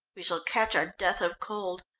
we shall catch our death of cold.